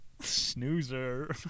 snoozer